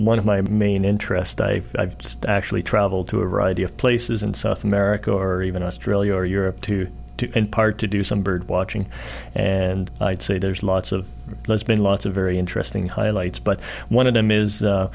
one of my main interest i actually travel to a variety of places in south america or even australia or europe to do in part to do some bird watching and i'd say there's lots of lots been lots of very interesting highlights but one of them is